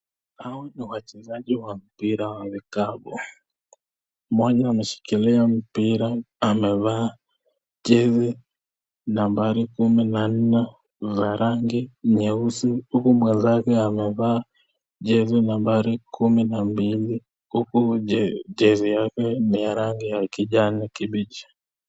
Hao ni wachezaji wa mpira wa vikapu. Mmoja ameshikilia mpira, amevaa jezi nambari kumi na nne za rangi nyeusi, huku mwenzake amevaa jezi nambari kumi na mbili huku jezi yake ni ya rangi ya kijani kibichi.